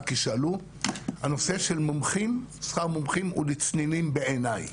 הנושא של שכר מומחים הוא לצנינים בעיניי.